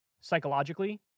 psychologically